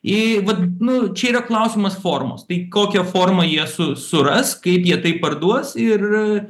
į vat nu čia yra klausimas formos tai kokią formą jie su suras kaip jie tai parduos ir